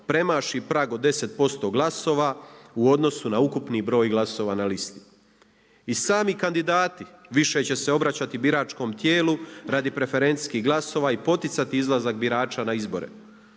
premaši prag od 10% glasova u odnosu na ukupni broj glasova na listi. I sami kandidati više će se obraćati biračkom tijelu radi preferencijskih glasova i poticati izlazak birača na izbore.